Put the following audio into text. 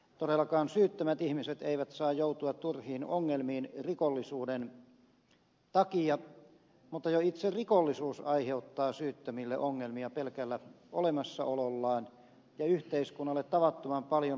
todellakaan syyttömät ihmiset eivät saa joutua turhiin ongelmiin rikollisuuden takia mutta jo itse rikollisuus aiheuttaa syyttömille ongelmia pelkällä olemassaolollaan ja yhteiskunnalle tavattoman paljon kustannuksia